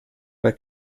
bei